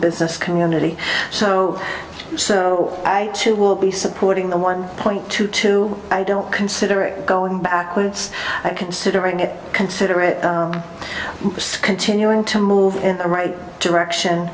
business community so so i too will be supporting the one point two two i don't consider it going backwards considering it consider it continuing to move right direction